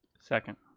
second.